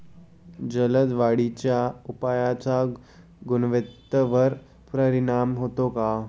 जलद वाढीच्या उपायाचा गुणवत्तेवर परिणाम होतो का?